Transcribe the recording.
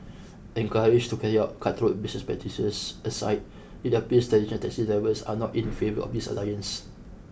encouraged to carry out cutthroat business practices aside it appears traditional taxi drivers are not in favour of this alliance